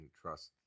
trust